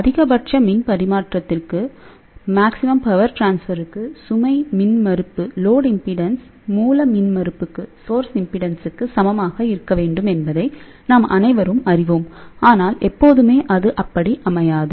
அதிகபட்ச மின் பரிமாற்றத்திற்கு சுமை மின்மறுப்பு மூல மின்மறுப்புக்கு சமமாக இருக்க வேண்டும் என்பதை நாம் அனைவரும் அறிவோம் ஆனால் எப்போதுமே அது அப்படி அமையாது